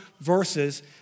verses